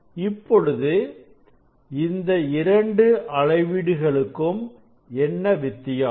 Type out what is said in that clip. இப்பொழுது இந்த இரண்டு அளவீடு களுக்கும் என்ன வித்தியாசம்